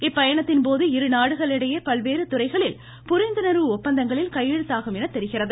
இப்பயணத்தின்போது இருநாடுகளுக்கிடையே பல்வேறு துறைகளில் புரிந்துணர்வு ஒப்பந்தங்களில் கையெழுத்தாகும் என தெரிகிறது